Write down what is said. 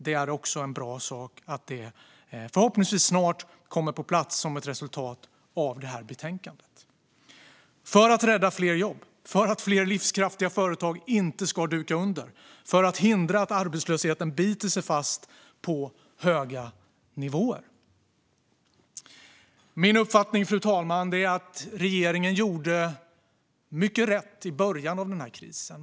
Det är bra att detta förhoppningsvis snart kommer på plats som ett resultat av detta betänkande - för att rädda fler jobb, för att fler livskraftiga företag inte ska duka under och för att hindra att arbetslösheten biter sig fast på höga nivåer. Fru talman! Min uppfattning är att regeringen gjorde mycket rätt i början av krisen.